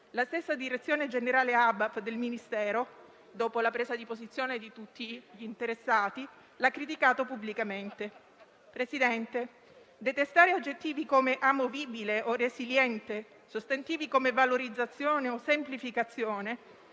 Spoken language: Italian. La stessa direzione generale ABAP del Ministero, dopo la presa di posizione di tutti gli interessati, l’ha criticato pubblicamente. Presidente, detestare aggettivi come “amovibile” o “resiliente”, sostantivi come “valorizzazione” o “semplificazione”